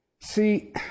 See